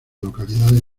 localidades